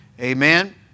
Amen